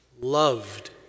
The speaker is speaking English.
loved